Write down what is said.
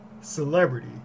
Celebrity